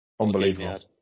Unbelievable